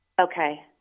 Okay